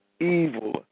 evil